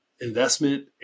investment